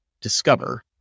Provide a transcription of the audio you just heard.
discover